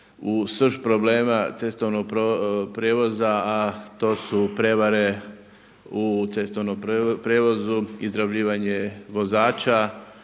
u srž problema cestovnog prijevoza a to su prijevare u cestovnom prijevozu, izrabljivanje vozača,